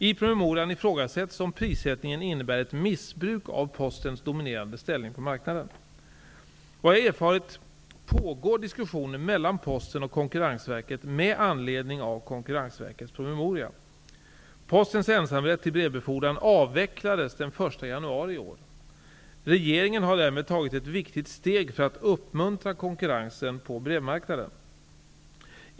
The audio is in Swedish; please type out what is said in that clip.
I promemorian ifrågasätts om prissättningen innebär ett missbruk av Postens dominerande ställning på marknaden. Vad jag erfarit pågår diskussioner mellan Posten och Konkurrensverket med anledning av Postens ensamrätt till brevbefordran avvecklades den 1 januari i år. Regeringen har därmed tagit ett viktigt steg för att uppmuntra konkurrensen på brevmarknaden.